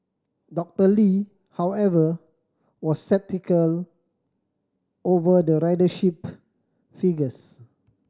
Doctor Lee however was sceptical over the ridership figures